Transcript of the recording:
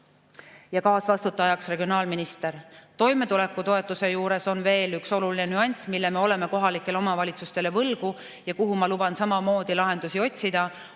ja kaasvastutajaks regionaalminister. Toimetulekutoetuse juures on veel üks oluline nüanss, mille me oleme kohalikele omavalitsustele võlgu ja kus ma luban samamoodi lahendusi otsida.